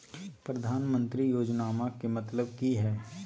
प्रधानमंत्री योजनामा के मतलब कि हय?